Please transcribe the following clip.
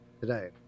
today